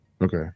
Okay